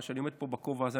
כשאני עומד פה בכובע הזה,